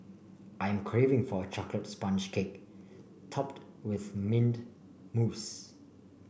I am craving for a chocolate sponge cake topped with mint mousse